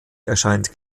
erscheint